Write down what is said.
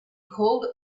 called